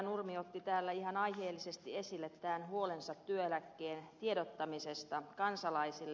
nurmi otti täällä ihan aiheellisesti esille huolensa työeläkeotteen tiedottamisesta kansalaisille